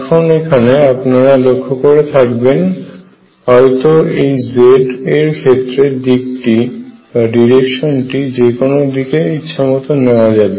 এখন এখানে আপনারা লক্ষ্য করে থাকবেন হয়তো এই z এর ক্ষেত্রে দিকটি যে কোন দিকে ইচ্ছা মত নেওয়া করা যাবে